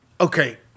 Okay